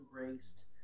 embraced